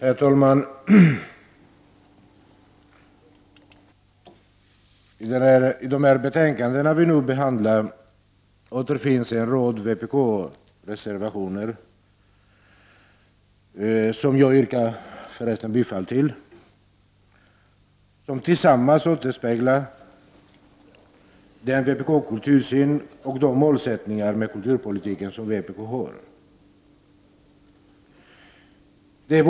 Herr talman! I de betänkanden som vi nu behandlar återfinns en rad vpkreservationer som tillsammans återspeglar vpk:s kultursyn och de målsättningar med kulturpolitiken som vpk har. Jag yrkar bifall till dessa reservationer.